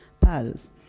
PALS